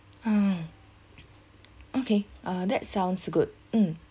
ah okay uh that sounds good mm